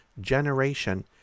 generation